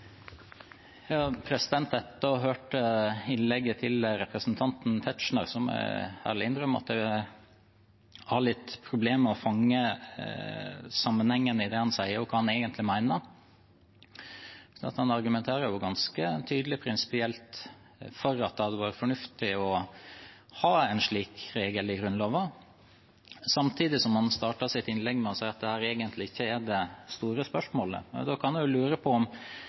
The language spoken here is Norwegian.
Etter å ha hørt innlegget til representanten Tetzschner må jeg ærlig innrømme at jeg har litt problemer med å fange sammenhengen i det han sier, og hva han egentlig mener. Han argumenterer jo ganske tydelig prinsipielt for at det hadde vært fornuftig å ha en slik regel i Grunnloven, samtidig som han startet sitt innlegg med å si at dette egentlig ikke er det store spørsmålet. Da kan en lure på om representanten Tetzschner har lest det som står i innstillingen fra Høyres egne representanter, og om